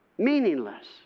meaningless